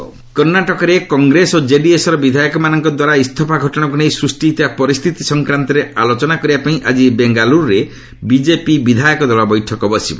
Karnataka crisis କର୍ଣ୍ଣାଟକରେ କଂଗ୍ରେସ ଓ କେଡିଏସ୍ର ବିଧାୟକମାନଙ୍କ ଦ୍ୱାରା ଇସ୍ତଫା ଘଟଣାକୁ ନେଇ ସୃଷ୍ଟି ହୋଇଥିବା ପରିସ୍ଥିତି ସଫ୍ରାନ୍ତରେ ଆଲୋଚନା କରିବା ପାଇଁ ଆଜି ବେଙ୍ଗାଲୁରୁଠାରେ ବିଜେପି ବିଧାୟକ ଦଳ ବୈଠକ ବସିବ